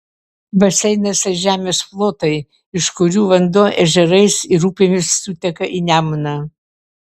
baseinas tai žemės plotai iš kurių vanduo ežerais ir upėmis suteka į nemuną